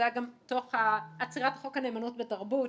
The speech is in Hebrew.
שזה היה תוך עצירת חוק הנאמנות ותרבות.